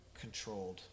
controlled